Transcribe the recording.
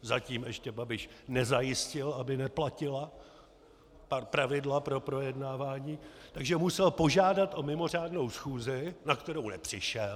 Zatím ještě Babiš nezajistil, aby neplatila pravidla pro projednávání, takže musel požádat o mimořádnou schůzi, na kterou nepřišel.